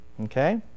Okay